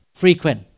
Frequent